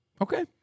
Okay